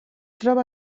troba